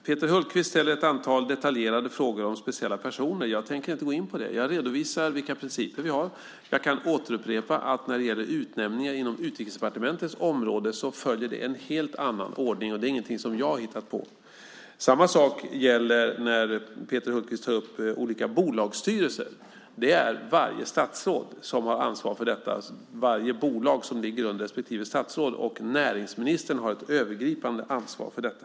Peter Hultqvist ställer ett antal detaljerade frågor om speciella personer. Jag tänker inte gå in på det. Jag redovisar vilka principer vi har. Jag kan återupprepa att utnämningar inom Utrikesdepartementets område följer en helt annan ordning, och det är ingenting som jag har hittat på. Samma sak gäller i fråga om olika bolagsstyrelser som Peter Hultqvist tar upp. Det är det statsråd under vars område respektive bolag ligger som har ansvar för detta. Och näringsministern har ett övergripande ansvar för detta.